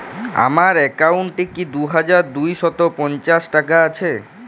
আমার অ্যাকাউন্ট এ কি দুই হাজার দুই শ পঞ্চাশ টাকা আছে?